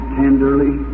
tenderly